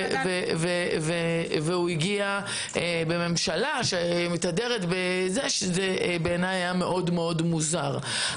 והגיע בממשלה שמתהדרת בזה, שזה בעיניי מאוד מוזר.